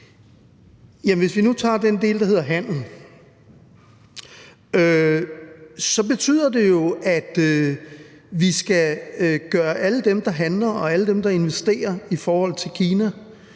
Hvis vi nu tager den del med handel, betyder det jo, at vi skal gøre alle dem, der handler, og alle dem, der investerer i Kina,